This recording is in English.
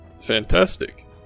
Fantastic